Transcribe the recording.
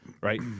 right